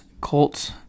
Colts